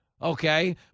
Okay